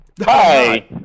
Hi